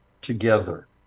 together